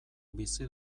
bizi